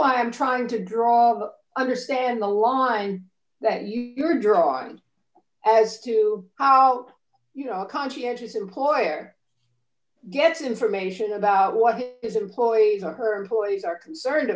why i'm trying to draw understand the line that you're drawn as to how you know a conscientious employer gets information about what is employees or her employees are concerned